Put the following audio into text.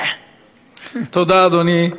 תודה, אדוני.